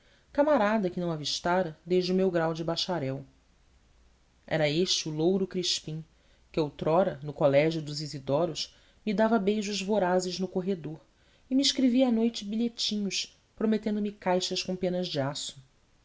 camarada que não avistara desde o meu grau de bacharel era este o louro crispim que outrora no colégio dos isidoros me dava beijos vorazes no corredor e me escrevia à noite bilhetinhos prometendo me caixas com penas de aço